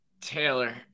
Taylor